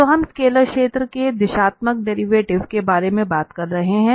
तो हम स्केलर क्षेत्र के दिशात्मक डेरिवेटिव के बारे में बात कर रहे हैं